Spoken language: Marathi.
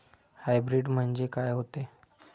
हाइब्रीड म्हनजे का होते?